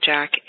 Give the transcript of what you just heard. Jack